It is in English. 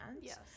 yes